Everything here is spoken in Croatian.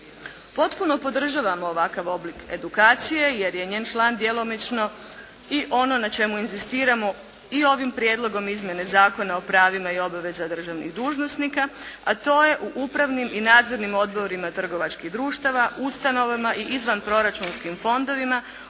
Potpuno podržavamo ovakav oblik edukacije, jer je njen član djelomično i ono na čemu inzistiramo i ovim Prijedlogom izmjene Zakona o pravima i obaveza državnih dužnosnika, a to je u upravnim i nadzornim odborima trgovačkih društava, ustanovama i izvanproračunskim fondovima